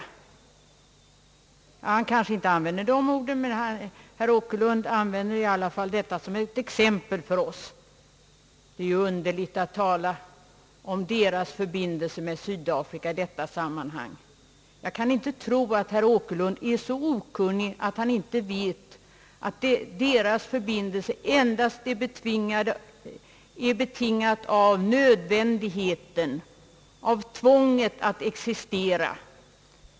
Herr Åkerlund kanske inte använde just de orden, men han anförde detta som ett exempel för oss, Det är ju underligt att tala om dessa länders förbindelser med Sydafrika i detta sammanhang. Jag kan inte tro att herr Åkerlund är så okunnig, att han inte vet att deras förbindelser endast är betingade av nödvändigheten, av tvånget att existera.